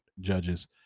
judges